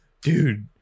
dude